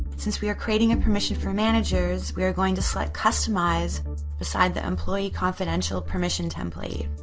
since we are creating a permission for managers, we are going to select customize beside the employee confidential permission template.